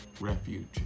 Refuge